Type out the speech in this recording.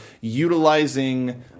utilizing